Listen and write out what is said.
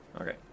Okay